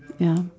ya